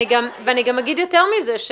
אני גם אומר יותר מזה,